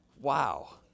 Wow